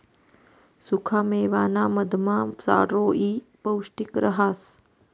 सुखा मेवाना मधमा चारोयी पौष्टिक रहास